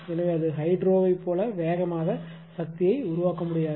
எனவே அது ஹைட்ரோவைப் போல வேகமாக சக்தியை உருவாக்க முடியாது